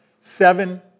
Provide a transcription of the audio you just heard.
Seven